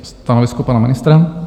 Stanovisko pana ministra?